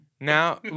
Now